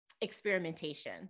experimentation